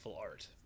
art